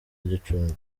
gicumbi